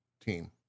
team